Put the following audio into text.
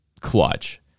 clutch